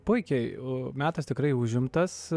puikiai o metas tikrai užimtas